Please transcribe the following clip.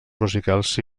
musicals